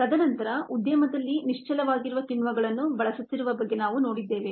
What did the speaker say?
ತದನಂತರ ಉದ್ಯಮದಲ್ಲಿ ನಿಶ್ಚಲವಾಗಿರುವ ಕಿಣ್ವಗಳನ್ನು ಬಳಸುತ್ತಿರುವ ಬಗ್ಗೆ ನಾವು ನೋಡಿದ್ದೇವೆ